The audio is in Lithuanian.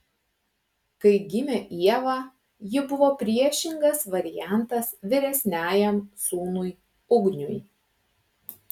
kai gimė ieva ji buvo priešingas variantas vyresniajam sūnui ugniui